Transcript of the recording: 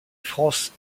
france